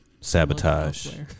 Sabotage